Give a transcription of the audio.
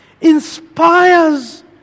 inspires